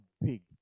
big